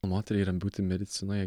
moteriai yra būti medicinoje